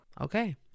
Okay